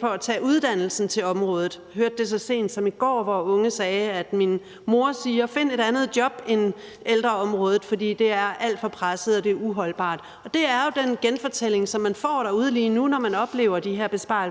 for at tage uddannelsen til området. Jeg hørte det så sent som i går, hvor en ung sagde: Min mor siger, at jeg skal finde et andet job end et på ældreområdet, for det er alt for presset og det er uholdbart. Og det er jo den genfortælling, som man får derude lige nu, når man oplever de her besparelser